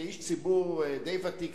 כאיש ציבור די ותיק,